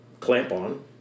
clamp-on